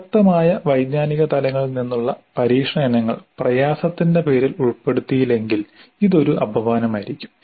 പ്രസക്തമായ വൈജ്ഞാനിക തലങ്ങളിൽ നിന്നുള്ള പരീക്ഷണ ഇനങ്ങൾ പ്രയാസത്തിന്റെ പേരിൽ ഉൾപ്പെടുത്തിയില്ലെങ്കിൽ ഇത് ഒരു അപമാനമായിരിക്കും